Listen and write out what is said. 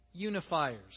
unifiers